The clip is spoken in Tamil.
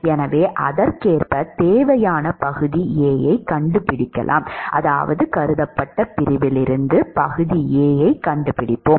எனவே அதற்கேற்ப தேவையான பகுதி Aயைக் கண்டுபிடிப்போம் அதாவது கருதப்பட்ட பிரிவில் இருந்து பகுதி A யைக் கண்டுபிடிப்போம்